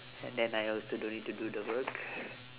and then I also don't need to do the work